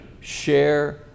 share